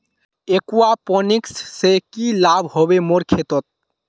aquaponics से की लाभ ह बे मोर खेतोंत